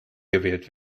gewählt